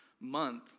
month